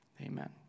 Amen